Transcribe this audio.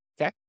Okay